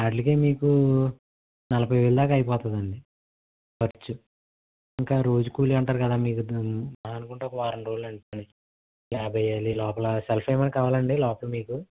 వాటిలికే మీకు నలభై వేలు దాక అయిపోతదండి ఖర్చు ఇంకా రోజు కూలి అంటారు కదా మీరు మహా అనుకుంటే ఒక వారం రోజులు అండి యాభై వేలు ఈ లోపల సెల్ఫ్ ఎమన్నా కావాలాండి లోపల మీకు